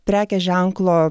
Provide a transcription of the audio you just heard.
prekės ženklo